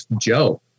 Joe